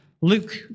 Luke